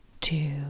two